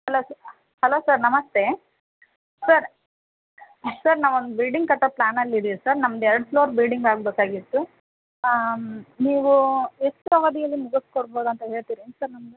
hello ಸ hello sir ನಮಸ್ತೆ sir sir ನಾವು ಒಂದು ಬಿಲ್ಡಿಂಗ್ ಕಟ್ಟೋ ಪ್ಲ್ಯಾನಲ್ಲಿ ಇದೀವಿ ಸರ್ ನಮ್ದ ಎರಡು ಫ್ಲೋರ್ ಬಿಲ್ಡಿಂಗ್ ಆಗಬೇಕಾಗಿತ್ತು ನೀವು ಎಷ್ಟು ಅವಧಿಯಲ್ಲಿ ಮುಗಿಸ್ಕೊಡ್ಬೋದು ಅಂತ ಹೇಳ್ತಿರೇನು ಸರ್ ನಮಗೆ